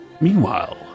Meanwhile